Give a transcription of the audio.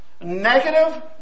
negative